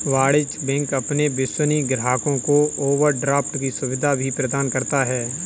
वाणिज्य बैंक अपने विश्वसनीय ग्राहकों को ओवरड्राफ्ट की सुविधा भी प्रदान करता है